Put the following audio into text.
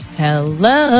hello